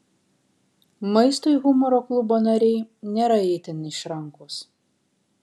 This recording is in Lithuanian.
maistui humoro klubo nariai nėra itin išrankūs